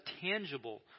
tangible